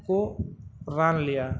ᱠᱚ ᱨᱟᱱ ᱞᱮᱭᱟ